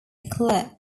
clerk